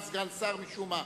הצעות לסדר-היום שמספרן 591,